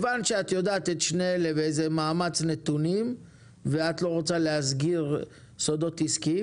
יש שיפורים ואנחנו ממשיכים.